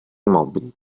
immobili